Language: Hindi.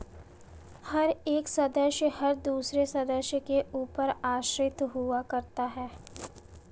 हर एक सदस्य हर दूसरे सदस्य के ऊपर आश्रित हुआ करता है